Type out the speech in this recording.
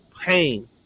pain